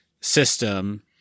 system